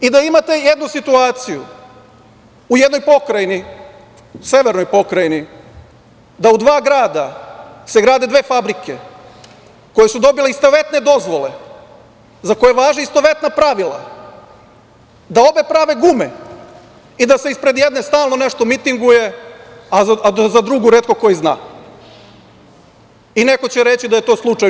Imate jednu situaciju u jednoj pokrajini, severnoj Pokrajini, da u dva grada se grade dve fabrike koje su dobile istovetne dozvole za koje važe istovetna pravila, da obe prave gume i da se ispred jedne stalno nešto mitinguje, a da za drugu retko ko i zna i neko će reći da je to slučajno.